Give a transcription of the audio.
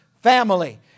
family